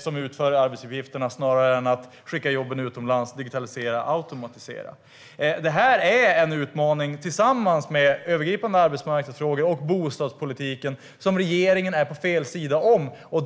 som utför arbetsuppgifterna snarare än att skicka jobben utomlands, digitalisera och automatisera. Det här är en utmaning tillsammans med de övergripande arbetsmarknadsfrågorna och bostadspolitiken, och regeringen befinner sig på fel sida.